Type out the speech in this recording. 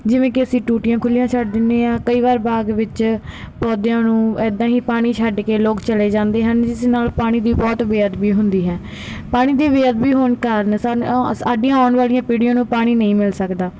ਜਿਵੇਂ ਕਿ ਅਸੀਂ ਟੂਟੀਆਂ ਖੁੱਲ੍ਹੀਆਂ ਛੱਡ ਦਿੰਦੇ ਹਾਂ ਕਈ ਵਾਰ ਬਾਗ਼ ਵਿੱਚ ਪੌਦਿਆਂ ਨੂੰ ਇੱਦਾਂ ਹੀ ਪਾਣੀ ਛੱਡ ਕੇ ਲੋਕ ਚਲੇ ਜਾਂਦੇ ਹਨ ਜਿਸ ਨਾਲ ਪਾਣੀ ਦੀ ਬਹੁਤ ਬੇਅਦਬੀ ਹੁੰਦੀ ਹੈ ਪਾਣੀ ਦੀ ਬੇਅਦਬੀ ਹੋਣ ਕਾਰਨ ਸਾਨੂੰ ਸਾਡੀਆਂ ਆਉਣ ਵਾਲੀਆਂ ਪੀੜ੍ਹੀਆਂ ਨੂੰ ਪਾਣੀ ਨਹੀਂ ਮਿਲ ਸਕਦਾ